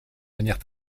manière